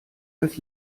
als